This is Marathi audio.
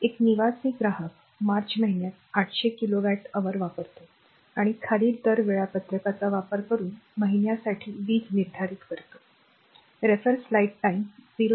एक निवासी ग्राहक मार्च महिन्यात 800 kilowatt hour वापरतो आणि खालील दर वेळापत्रकाचा वापर करून महिन्यासाठी वीज निर्धारित करतो